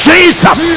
Jesus